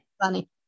funny